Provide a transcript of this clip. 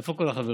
איפה כל החברים?